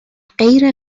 غیر